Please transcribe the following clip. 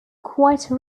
quite